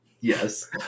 Yes